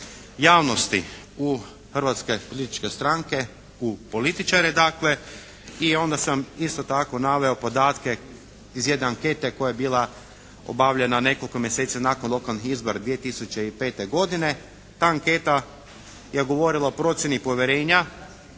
javnosti u hrvatske političke stranke, u političare dakle. I onda sam isto tako naveo podatke iz jedne ankete koja je bila obavljena nekoliko mjeseci nakon lokalnih izbora 2005. godine. Ta anketa je govorila o procjeni povjerenja,